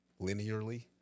linearly